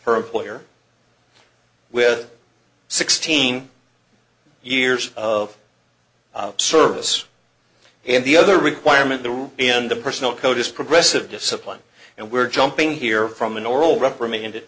her employer with sixteen years of service and the other requirement the rule and the personal code is progressive discipline and we're jumping here from an oral reprimanded